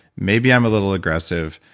maybe i'm a little aggressive.